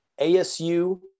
asu